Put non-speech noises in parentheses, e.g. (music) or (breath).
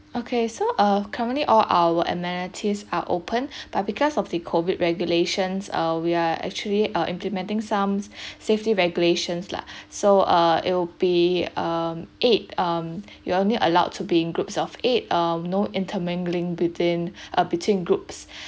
okay so uh currently all our amenities are opened (breath) but because of the COVID regulations uh we are actually uh implementing some (breath) safety regulations lah so uh it'll be uh eight um you only allowed to bring groups of eight uh no intermingling between (breath) between groups (breath)